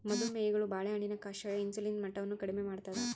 ಮದು ಮೇಹಿಗಳು ಬಾಳೆಹಣ್ಣಿನ ಕಷಾಯ ಇನ್ಸುಲಿನ್ ಮಟ್ಟವನ್ನು ಕಡಿಮೆ ಮಾಡ್ತಾದ